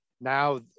now